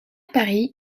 paris